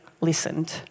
listened